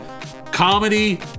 comedy